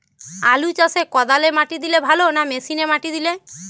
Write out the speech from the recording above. আলু চাষে কদালে মাটি দিলে ভালো না মেশিনে মাটি দিলে?